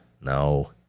No